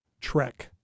trek